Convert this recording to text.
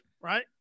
right